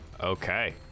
Okay